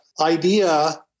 idea